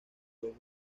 los